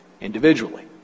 individually